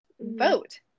vote